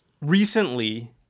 recently